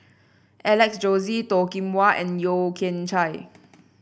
Alex Josey Toh Kim Hwa and Yeo Kian Chye